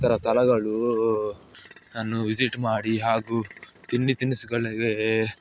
ಇತರ ಸ್ಥಳಗಳು ನಾನು ವಿಸಿಟ್ ಮಾಡಿ ಹಾಗೂ ತಿಂಡಿ ತಿನಿಸುಗಳಿಗೆ